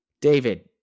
David